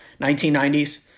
1990s